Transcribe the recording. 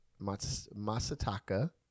Masataka